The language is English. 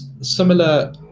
similar